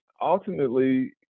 Ultimately